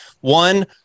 One